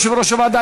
יושב-ראש הוועדה,